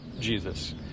Jesus